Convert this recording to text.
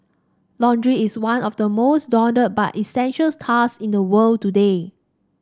laundry is one of the most daunted but essential task in the world today